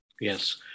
Yes